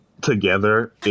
together